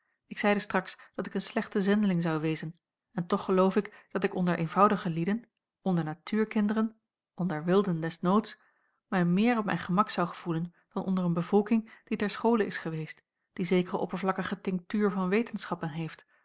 ik zeide straks dat ik een slechte zendeling zou wezen en toch geloof ik dat ik onder eenvoudige lieden onder natuurkinderen onder wilden des noods mij meer op mijn gemak zou gevoelen dan onder een bevolking die ter schole is geweest die zekere oppervlakkige tinktuur van wetenschappen heeft